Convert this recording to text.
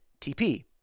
tp